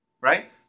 right